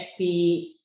HP